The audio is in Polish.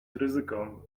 ryzyko